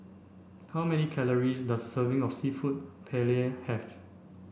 how many calories does a serving of Seafood Paella have